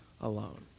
alone